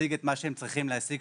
להשיג את מה שהם צריכים להשיג,